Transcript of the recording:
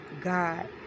God